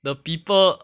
the people